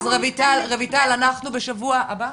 בשבוע הבא